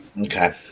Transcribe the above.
Okay